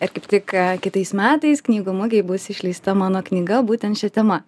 ir kaip tik kitais metais knygų mugėj bus išleista mano knyga būtent šia tema